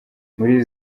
muri